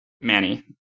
Manny